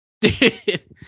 Dude